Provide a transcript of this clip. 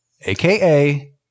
AKA